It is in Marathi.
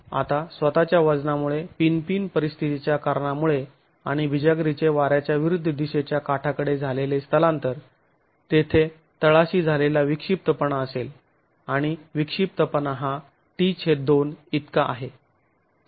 आता स्वतःच्या वजनामुळे पिन पिन परिस्थितीच्या कारणामुळे आणि बिजागरीचे वाऱ्याच्या विरुद्ध दिशेच्या काठाकडे झालेले स्थलांतर तेथे तळाशी झालेला विक्षिप्तपणा असेल आणि विक्षिप्तपणा हा t2 इतका आहे